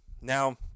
Now